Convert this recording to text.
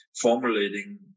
formulating